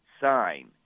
sign